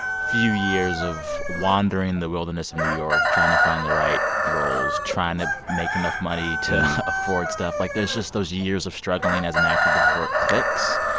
few years of wandering the wilderness of new york, trying to find the right roles, trying to make enough money to afford stuff. like, there's just those years of struggling as an actor before it clicks.